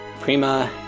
Prima